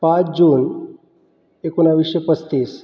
पाच जून एकोणवीसशे पस्तीस